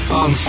on